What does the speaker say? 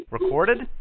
Recorded